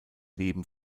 leben